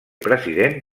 president